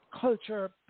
culture